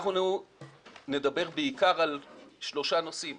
אנחנו נדבר בעיקר על שלושה נושאים.